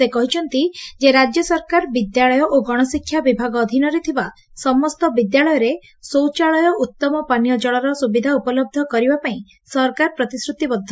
ସେ କହିଛନ୍ତି ଯେ ରାଜ୍ୟ ସରକାର ବିଦ୍ୟାଳୟ ଓ ଗଣଶିକ୍ଷା ବିଭାଗ ଅଧୀନରେ ଥିବା ସମସ୍ତ ବିଦ୍ୟାଳୟ ରେ ଶୌଚାଳୟ ଓ ଉଉମ ପାନୀୟ ଜଳର ସୁବିଧା ଉପଲହ କରିବା ପାଇଁ ସରକାର ପ୍ରତିଶ୍ରତିବଦ୍ଧ